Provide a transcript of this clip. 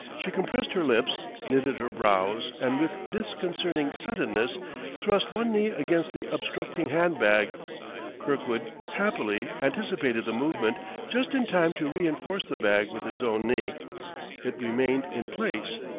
she compressed her lips, knitted her brows, and with disconcerting suddenness thrust one knee against the obstructing hand-bag kirkwood, happily, anticipated the movement just in time to reinforce the bag with his own knee it remained in place,